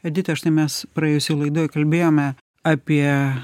edita štai mes praėjusioje laidoj kalbėjome apie